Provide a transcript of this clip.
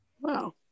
Wow